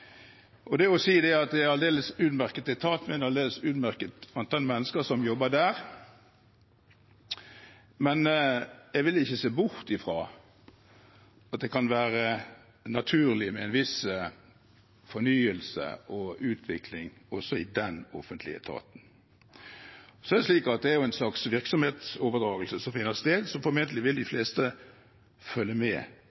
er en aldeles utmerket etat, og det er aldeles utmerkede mennesker som jobber der, men jeg vil ikke se bort fra at det kan være naturlig med en viss fornyelse og utvikling også i den offentlige etaten. Så er det slik at det er en slags virksomhetsoverdragelse som finner sted, og formentlig vil de